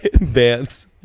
bands